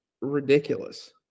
ridiculous